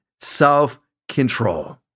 self-control